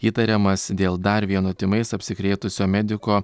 įtariamas dėl dar vieno tymais apsikrėtusio mediko